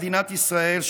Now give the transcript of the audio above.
מדינת ישראל,